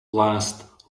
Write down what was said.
last